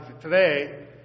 today